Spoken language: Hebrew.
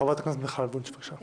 חברת הכנסת מיכל וונש, בבקשה.